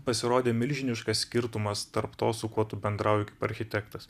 pasirodė milžiniškas skirtumas tarp to su kuo tu bendrauji kaip architektas